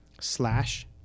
slash